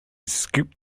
scooped